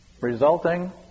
resulting